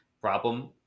problem